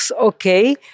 okay